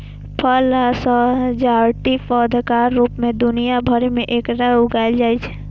फल आ सजावटी पौधाक रूप मे दुनिया भरि मे एकरा उगायल जाइ छै